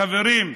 חברים,